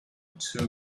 two